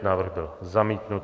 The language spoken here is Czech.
Návrh byl zamítnut.